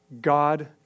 God